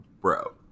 bro